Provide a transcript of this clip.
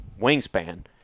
wingspan